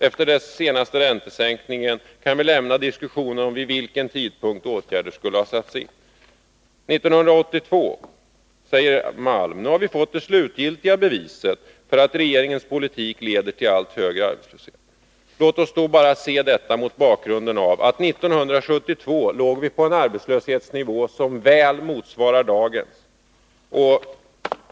Efter den senaste räntesänkningen kan vi lämna diskussionen om vid vilken 1982 sade Stig Malm: ”Nu har vi fått det slutgiltiga beviset för att regeringspolitiken leder till allt högre arbetslöshet.” År 1972 låg vi på en arbetslöshetsnivå som väl motsvarar dagens.